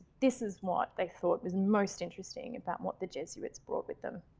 this is what they thought was most interesting about what the jesuits brought with them.